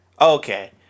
okay